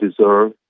deserve